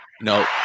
No